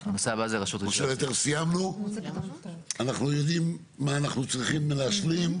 אנחנו יודעים מה אנחנו צריכים להשלים?